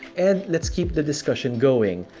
and let's keep the discussion going.